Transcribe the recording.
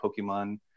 Pokemon